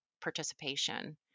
participation